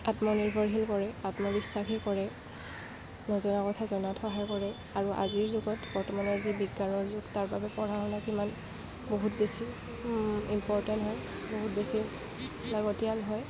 আত্মনিৰ্ভৰশীল কৰে আত্মবিশ্বাসী কৰে নজনা কথা জনাত সহায় কৰে আৰু আজিৰ যুগত বৰ্তমানৰ যি বিজ্ঞানৰ যুগ তাৰ বাবে পঢ়া শুনা কিমান বহুত বেছি ইম্পৰটেণ্ট হয় বহুত বেছি লাগতিয়াল হয়